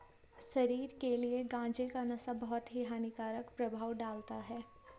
शरीर के लिए गांजे का नशा बहुत ही हानिकारक प्रभाव डालता है